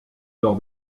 leurs